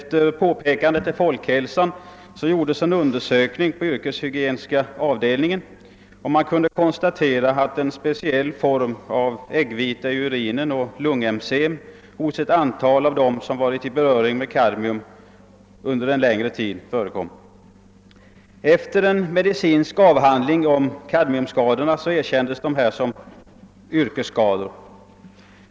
Efter påpekande till statens institut för folkhälsan gjordes en undersökning på den yrkeshygieniska avdelningen och man kunde konstatera att en speciell form av äggvita i urinen och av lungemfysem förekom hos ett antal av dem som varit i beröring med kadmium under längre tid. Efter en medicinsk avhandling om kadmiumskadorna erkändes dessa som yrkesskador.